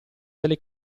delle